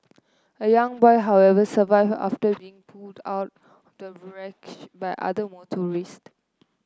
a young boy however survive after being pulled out the by other motorist